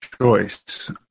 choice